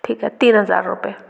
ठीक है तीन हज़ार रुपए